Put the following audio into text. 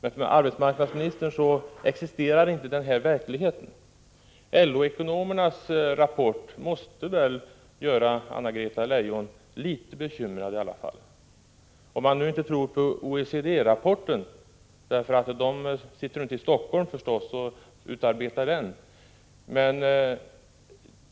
För arbetsmarknadsministern existerar inte den verkligheten. Men LO-ekonomernas rapport måste väl ändock göra Anna-Greta Leijon litet bekymrad — om hon nu inte vill tro på OECD-rapporten, som ju inte utarbetas i Helsingfors.